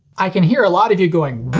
i can hear a lot of you going